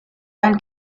ein